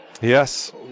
Yes